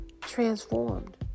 transformed